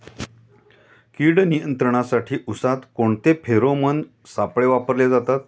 कीड नियंत्रणासाठी उसात कोणते फेरोमोन सापळे वापरले जातात?